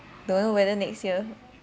don't know whether next year